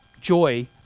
joy